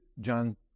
John